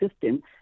system